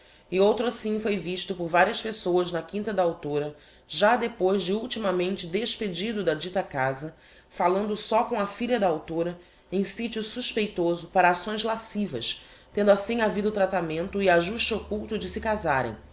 e outro sim foi visto por varias pessoas na quinta da a já depois de ultimamente despedido da dita casa fallando só com a filha da a em sitio suspeitoso para acções lascivas tendo assim havido tratamento e ajuste occulto de se casarem